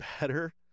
better